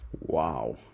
Wow